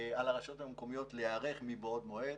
על הרשויות להיערך מבעוד מועד,